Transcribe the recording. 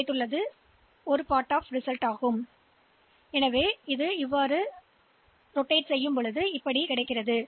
எனவே வலதுபுறமாக சுழலும் விளைவாக இது 4 முறை மீண்டும் செய்யப்படும்